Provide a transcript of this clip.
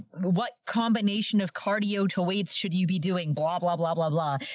what combination of cardio to weights should you be doing, blah, blah, blah, blah, blah.